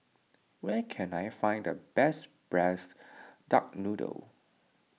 where can I find the best Braised Duck Noodle